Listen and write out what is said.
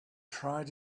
tried